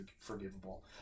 forgivable